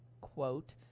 quote